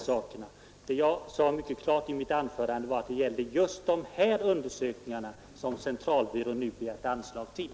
I mitt anförande sade jag mycket klart att diskussionen i dag gällde just de undersökningar som statistiska centralbyrån begärt anslag till.